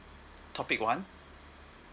topic one